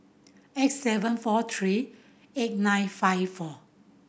eight seven four three eight nine five four